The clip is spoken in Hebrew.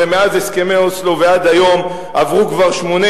הרי מאז הסכמי אוסלו ועד היום עברו כבר 18